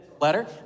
letter